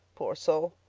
poor soul,